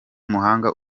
umuhanga